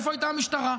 איפה הייתה המשטרה?